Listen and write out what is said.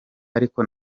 ariko